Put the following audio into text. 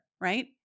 right